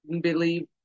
believe